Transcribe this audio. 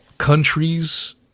countries